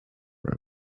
road